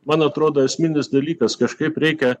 man atrodo esminis dalykas kažkaip reikia